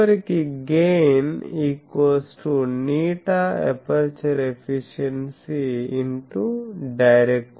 చివరకు గెయిన్ηaperture efficiencyD